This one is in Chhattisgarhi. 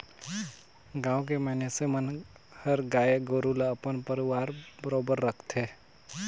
गाँव के मइनसे मन हर गाय गोरु ल अपन परवार बरोबर राखथे